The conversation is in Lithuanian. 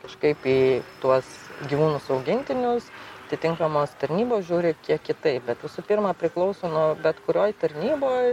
kažkaip į tuos gyvūnus augintinius atitinkamos tarnybos žiūri kiek kitaip bet visų pirma priklauso nuo bet kurioj tarnyboj